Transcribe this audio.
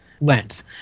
lens